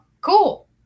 cool